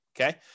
okay